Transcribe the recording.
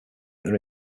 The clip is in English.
their